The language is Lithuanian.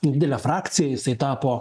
nedidelę frakciją jisai tapo